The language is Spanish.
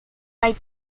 hay